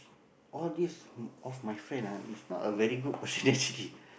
all these of my friend ah is not a very good person actually